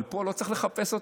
אבל פה לא צריך לחפש אותם,